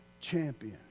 champion